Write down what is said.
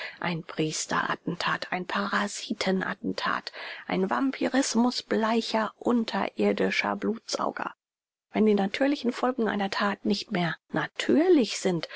ein priester attentat ein parasiten attentat ein vampyrismus bleicher unterirdischer blutsauger wenn die natürlichen folgen einer that nicht mehr natürlich sind